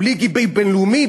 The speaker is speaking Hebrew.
בלי גיבוי בין-לאומי?